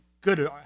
good